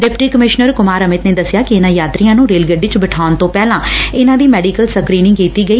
deputy commissioner Kumar Amit ਨੇ ਦਸਿੱਆ ਕਿ ਇਨਾਂ ਯਾਤਰੀਆਂ ਨੂੰ ਰੇਲ ਗੱਡੀ ਵਿਚ ਬਿਠਾਉਣ ਤੋਂ ਪਹਿਲਾਂ ਇਨਾਂ ਦੀ ਮੈਡੀਕਲ ਸਕਰੀਨਿੰਗ ਕੀਤੀ ਗਈ